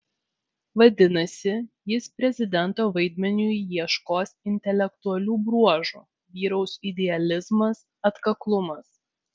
vadinasi jis prezidento vaidmeniui ieškos intelektualių bruožų vyraus idealizmas atkaklumas